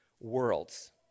worlds